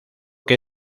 que